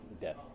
death